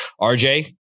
RJ